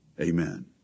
Amen